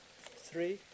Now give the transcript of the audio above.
three